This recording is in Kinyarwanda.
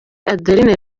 adeline